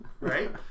right